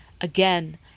Again